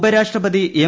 ഉപരാഷ്ട്രപതി എം